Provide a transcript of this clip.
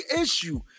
issue